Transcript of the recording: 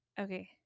okay